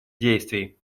действий